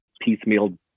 piecemeal